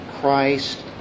Christ